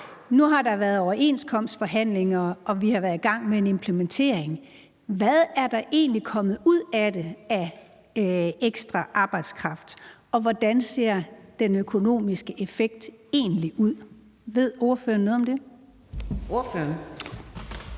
Nu har der været overenskomstforhandlinger, og vi har været i gang med en implementering. Hvad er der egentlig kommet ud af det af ekstra arbejdskraft, og hvordan ser den økonomiske effekt egentlig ud? Ved ordføreren noget om det? Kl.